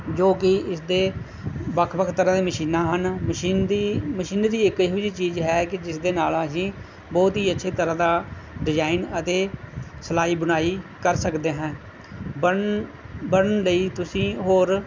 ਜੋ ਕਿ ਇਸਦੇ ਵੱਖ ਵੱਖ ਤਰ੍ਹਾਂ ਦੀਆਂ ਮਸ਼ੀਨਾਂ ਹਨ ਮਸ਼ੀਨ ਦੀ ਮਸ਼ੀਨਰੀ ਇੱਕ ਇਹੋ ਜਿਹੀ ਚੀਜ਼ ਹੈ ਕਿ ਜਿਸ ਦੇ ਨਾਲ ਅਸੀਂ ਬਹੁਤ ਹੀ ਅੱਛੇ ਤਰ੍ਹਾਂ ਦਾ ਡਿਜ਼ਾਇਨ ਅਤੇ ਸਿਲਾਈ ਬੁਣਾਈ ਕਰ ਸਕਦੇ ਹਾਂ ਬਣਨ ਬਣਨ ਲਈ ਤੁਸੀਂ ਹੋਰ